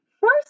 First